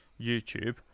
YouTube